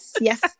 yes